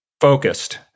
focused